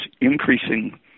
increasing